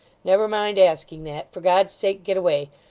never mind asking that. for god's sake, get away.